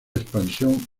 expansión